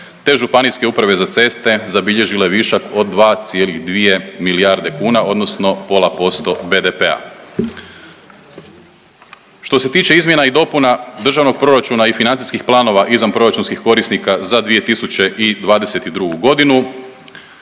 te županijske uprave za ceste zabilježile višak od 2,2 milijarde kuna odnosno pola posto BDP-a. Što se tiče izmjena i dopuna državnog proračuna i financijskih planova izvanproračunskih korisnika za 2022. godinu